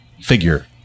figure